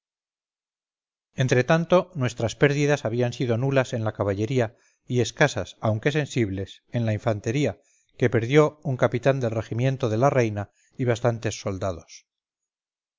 entretanto nuestras pérdidas habían sido nulas en la caballería y escasas aunque sensibles en la infantería que perdió un capitán del regimiento de la reina y bastantes soldados